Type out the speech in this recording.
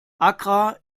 accra